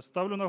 Ставлю на